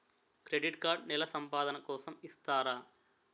Credit card నెల సంపాదన కోసం ఇస్తారా?